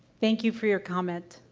thank you for your comment.